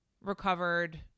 Recovered